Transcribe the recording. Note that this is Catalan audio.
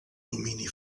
domini